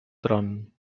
tron